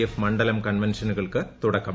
F മണ്ഡലം കൺവെൻഷനുകൾക്കും തുടക്കം